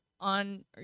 on